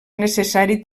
necessari